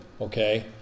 okay